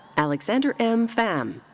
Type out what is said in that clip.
alexander m. pham.